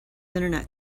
internet